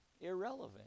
irrelevant